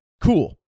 Cool